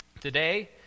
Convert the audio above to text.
Today